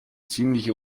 ziemliche